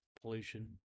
pollution